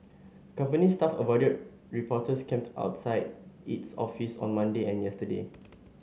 company staff avoided reporters camped outside its office on Monday and yesterday